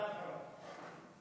מתי הבחירות?